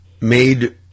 made